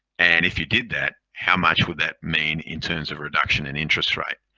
and if you did that, how much would that mean in terms of reduction in interest rate?